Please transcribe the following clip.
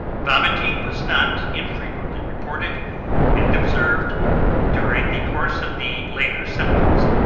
vomiting was not infrequently reported and observed during the course of the later symptoms,